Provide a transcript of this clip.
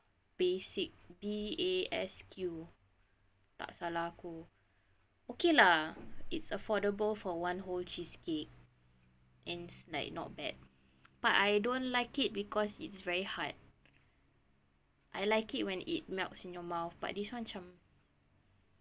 basic B A S Q tak salah aku okay lah it's affordable for one whole cheesecake and it's like not bad but I don't like it because it's very hard I like it when it melts in your mouth but this one cam